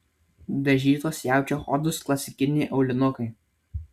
dažytos jaučio odos klasikiniai aulinukai